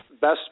best